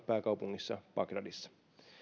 pääkaupungissa bagdadissa